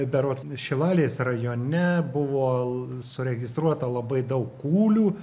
berods šilalės rajone buvo suregistruota labai daug kūlių